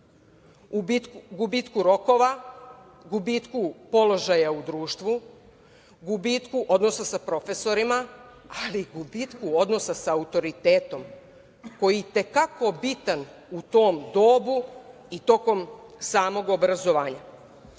gubitku rokova, gubitku položaja u društvu, odnosno sa profesorima, ali i u gubitku odnosa sa autoritetom, koji je i te kako bitan u tom dobu i tokom samog obrazovanja. Govoreći